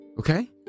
Okay